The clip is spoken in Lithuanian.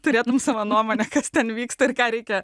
turėtumei savo nuomonę kad ten vyksta ir ką reikia